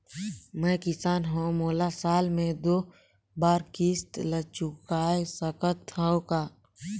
मैं किसान हव मोला साल मे दो बार किस्त ल चुकाय सकत हव का?